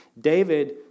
David